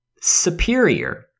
superior